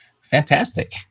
Fantastic